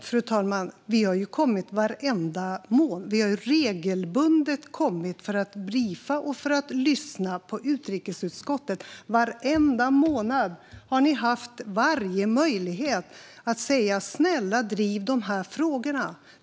Fru talman! Men vi har ju regelbundet kommit för att briefa och lyssna på utrikesutskottet. Varenda månad har ni haft alla möjligheter att säga: Snälla, driv dessa frågor!